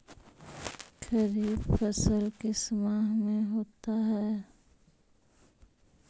खरिफ फसल किस माह में होता है?